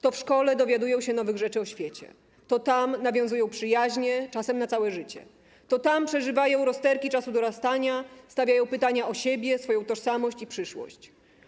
To w szkole dowiadują się nowych rzeczy o świecie, to tam nawiązują przyjaźnie, czasem na całe życie, to tam przeżywają rozterki czasu dorastania, stawiają pytania o siebie, swoją tożsamość i przyszłość.